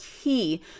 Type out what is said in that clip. key